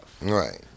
Right